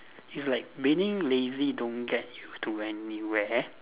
it's like being lazy don't get you to anywhere